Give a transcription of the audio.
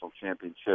championship